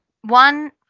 one